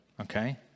okay